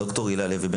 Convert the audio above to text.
ד"ר הילה לוי,